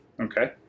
Okay